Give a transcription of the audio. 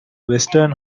western